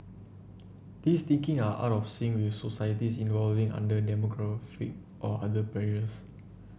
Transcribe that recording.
these thinking are out of sync with societies evolving under demographic or other pressures